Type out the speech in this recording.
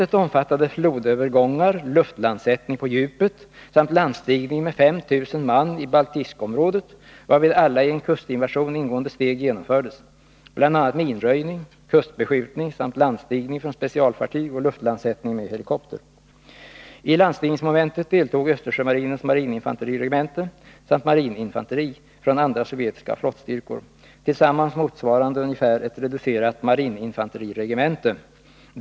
I landstigningsmomentet deltog Östersjömarinens marininfanteriregemente samt marininfanteri från andra sovjetiska flottstyrkor, tillsammans motsvarande ungefär ett reducerat marininfanteriregemente.